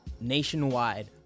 nationwide